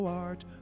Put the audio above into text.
art